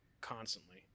constantly